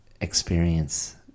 experience